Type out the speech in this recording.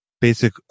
basic